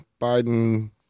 Biden